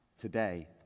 Today